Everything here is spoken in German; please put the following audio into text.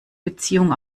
beziehung